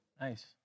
Nice